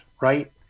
right